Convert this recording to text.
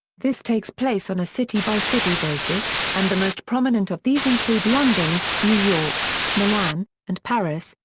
this takes place on a city-by-city basis, and the most prominent of these include london, new york, milan, and paris,